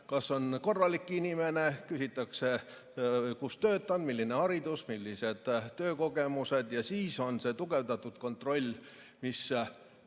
kas on korralik inimene, küsitakse, kus töötab, milline on haridus, millised on töökogemused, ja siis tugevdatud kontroll, mis